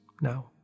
now